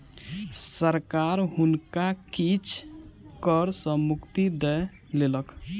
सरकार हुनका किछ कर सॅ मुक्ति दय देलक